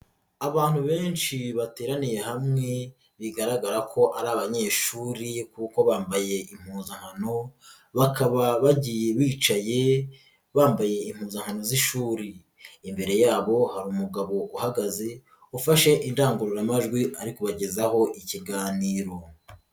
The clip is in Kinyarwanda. Abantu benshi bateraniye hamwe bigaragara ko ari abanyeshuri kuko bambaye impuzankano bakaba bagiye bicaye bambaye impuzankano z'ishuri, imbere yabo hari umugabo uhagaze ufashe indangururamajwi ari kubagezaho ikiganiro.